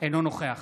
אינו נוכח